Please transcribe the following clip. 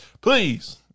please